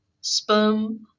sperm